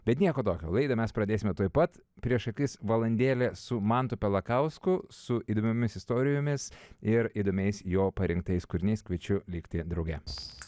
bet nieko tokio laidą mes pradėsime tuoj pat prieš akis valandėlė su mantu pelakausku su įdomiomis istorijomis ir įdomiais jo parinktais kūriniais kviečiu likti druge